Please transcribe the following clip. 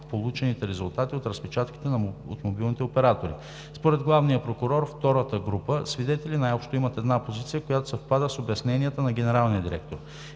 получените резултати от разпечатките от мобилните оператори. Според главния прокурор втората група свидетели най-общо имат една позиция, която съвпада с обясненията на генералния директор.